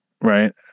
right